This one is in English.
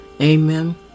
Amen